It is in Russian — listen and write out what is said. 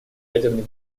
ядерный